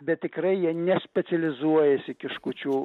bet tikrai jie ne specializuojasi kiškučių